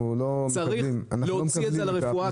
אנחנו לא מקבלים את הפרישה שלך.